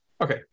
okay